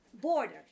border